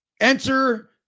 enter